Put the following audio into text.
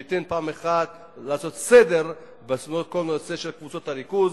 שייתן פעם אחת לעשות סדר בכל הנושא של קבוצות הריכוז